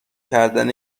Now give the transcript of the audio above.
کردن